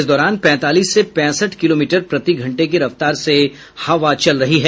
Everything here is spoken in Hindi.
इस दौरान पैंतालीस से पैंसठ किलोमीटर प्रति घंटे की रफ्तार से हवा चल रही है